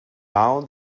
now